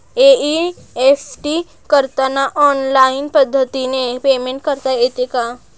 NEFT करताना online पद्धतीने payment करता येते का?